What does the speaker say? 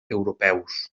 europeus